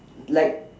like